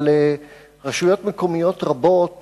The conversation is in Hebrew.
אבל רשויות מקומיות רבות